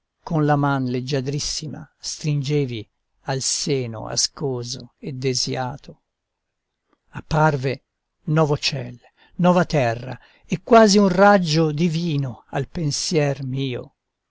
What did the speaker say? con la man leggiadrissima stringevi al seno ascoso e disiato apparve novo ciel nova terra e quasi un raggio divino al pensier mio